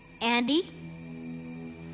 Andy